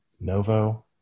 Novo